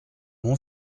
mon